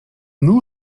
new